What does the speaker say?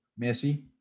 Messi